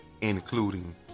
including